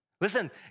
Listen